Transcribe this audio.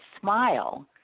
smile